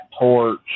torch